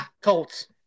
Colts